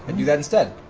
and do that instead.